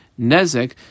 Nezek